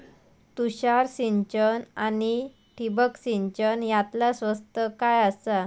तुषार सिंचन आनी ठिबक सिंचन यातला स्वस्त काय आसा?